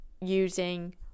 using